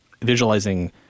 visualizing